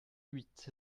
huit